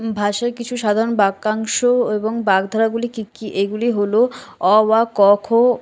ভাষার কিছু সাধারণ বাক্যাংশ এবং বাগধারাগুলি কি কি এগুলি হল অ আ ক খ